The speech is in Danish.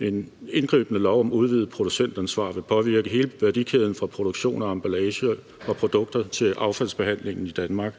En indgribende lov om udvidet producentansvar vil påvirke hele værdikæden fra produktion af emballage til produkter og affaldsbehandlingen i Danmark.